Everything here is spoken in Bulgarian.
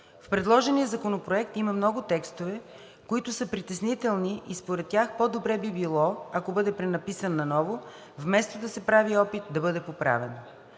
В предложения законопроект има много текстове, които са притеснителни, и според тях по-добре би било, ако бъде пренаписан наново, вместо да се прави опит да бъде поправен.